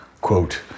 quote